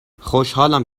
خوشحالم